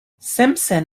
simpson